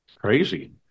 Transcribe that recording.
crazy